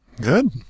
Good